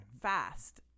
fast